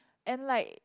and like